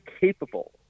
capable